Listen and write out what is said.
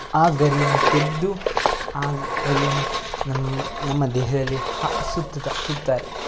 ಆ ಗರಿಯನ್ನು ತೆಗೆದು ಆ ಗರಿಯನ್ನು ನಮ್ಮ ನಮ್ಮ ದೇಹದಲ್ಲಿ ಹ ಸುತ್ತುತ್ತಾ ಸುತ್ತುತ್ತಾರೆ